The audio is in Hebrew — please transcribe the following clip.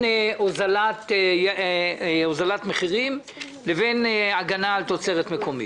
הוזלת מחירים לבין הגנה על תוצרת מקומית.